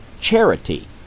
charity